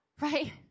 Right